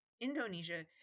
Indonesia